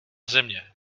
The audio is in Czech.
země